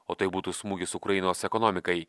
o tai būtų smūgis ukrainos ekonomikai